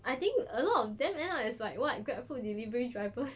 I think a lot of them end up as like what grab food delivery drivers